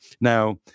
Now